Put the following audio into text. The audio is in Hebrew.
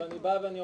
אני בא ואומר,